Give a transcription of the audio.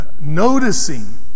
noticing